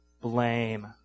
Blame